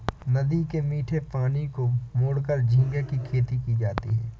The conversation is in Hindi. नदी के मीठे पानी को मोड़कर झींगे की खेती की जाती है